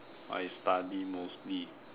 I study mostly